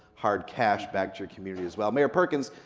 hard cash back to your community as well. mayor perkins,